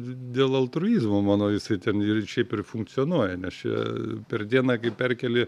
dėl altruizmo mano jisai ten ir šiaip ir funkcionuoja nes čia per dieną kai perkeli